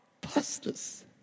pastors